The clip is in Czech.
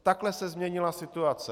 Takhle se změnila situace.